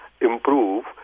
improve